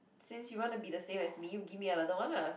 since you wanna be the same as me you give me another one lah